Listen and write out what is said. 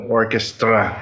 orchestra